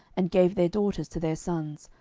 and gave their daughters to their sons,